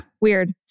Weird